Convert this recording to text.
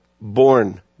Born